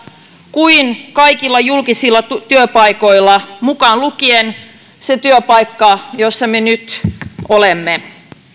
kuin kaikilla julkisilla työpaikoilla mukaan lukien se työpaikka jossa me nyt olemme